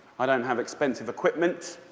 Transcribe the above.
i don't have expensive equipment